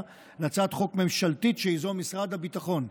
להצעת חוק ממשלתית שייזום משרד הביטחון,